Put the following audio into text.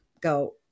go